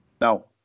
No